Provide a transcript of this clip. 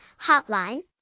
Hotline